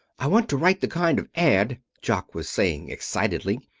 i want to write the kind of ad, jock was saying excitedly,